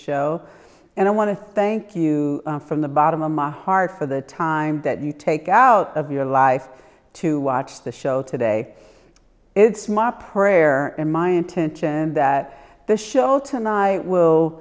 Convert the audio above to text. show and i want to thank you from the bottom of my heart for the time that you take out of your life to watch the show today it's my prayer and my intention that the show tonight will